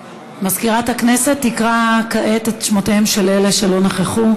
מזכירת הכנסת תקרא כעת בפעם השנייה את שמותיהם של אלה שלא נכחו,